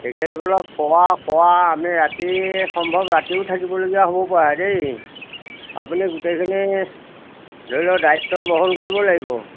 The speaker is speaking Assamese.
তেখেতসকলৰ শুৱা খোৱা আমি ৰাতি সম্ভৱ ৰাতিও থাকিবলগীয়া হ'ব পাৰে দেই আপুনি গোটেইখিনি ধৰি লওক দায়িত্ব বহন কৰিব লাগিব